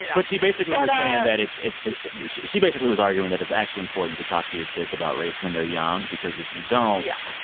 that she basically was saying that it's it's she basically was arguing that it's actually important to talk to your kids about race when they're young because if you don't. yeah.